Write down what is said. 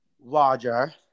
Roger